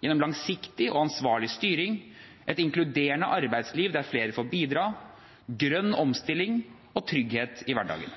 gjennom langsiktig og ansvarlig styring, et inkluderende arbeidsliv der flere får bidra, grønn omstilling og trygghet i hverdagen.